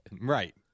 Right